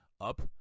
up